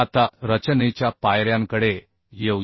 आता रचनेच्या पायऱ्यांकडे येऊया